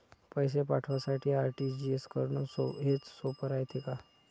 पैसे पाठवासाठी आर.टी.जी.एस करन हेच सोप रायते का?